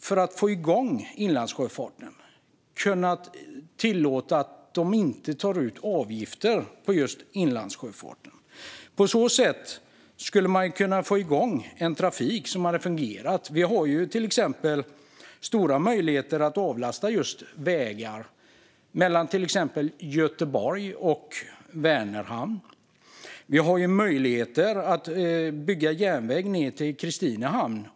För att få igång inlandssjöfarten hade man kunnat tillåta att inte ta ut avgifter på just inlandssjöfarten. På så sätt skulle man få igång en fungerande trafik. Det finns stora möjligheter att avlasta vägar mellan till exempel Göteborg och Vänerhamn. Järnväg kan byggas till Kristinehamn.